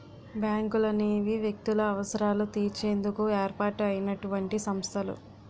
బ్యాంకులనేవి వ్యక్తుల అవసరాలు తీర్చేందుకు ఏర్పాటు అయినటువంటి సంస్థలు